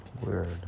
weird